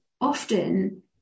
often